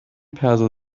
perso